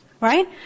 Right